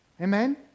Amen